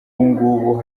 ngubu